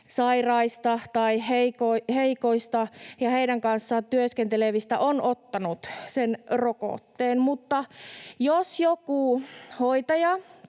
sairaiden tai heikkojen kanssa työskentelevistä on ottanut sen rokotteen. Mutta jos joku hoitaja